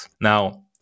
Now